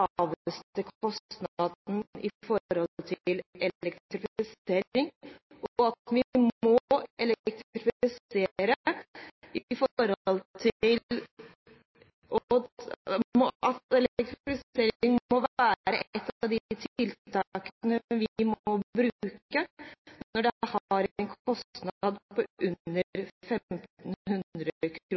i forhold til elektrifisering, og at elektrifisering må være et at de tiltakene vi må bruke når det har en kostnad på under